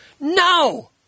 No